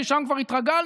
ששם כבר התרגלנו,